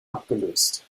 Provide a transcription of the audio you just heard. abgelöst